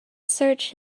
searched